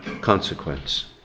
consequence